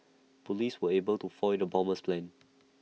Police were able to foil the bomber's plans